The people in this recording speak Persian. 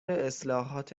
اصلاحات